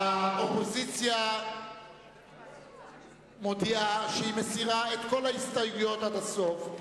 האופוזיציה מודיעה שהיא מסירה את כל ההסתייגויות עד הסוף,